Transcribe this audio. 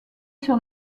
sur